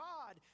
God